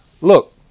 look